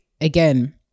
again